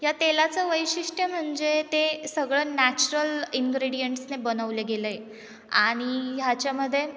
या तेलाचं वैशिष्ट्य म्हणजे ते सगळं नॅचरल इनग्रेडियंट्सने बनवले गेलं आहे आणि ह्याच्यामध्ये